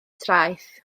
traeth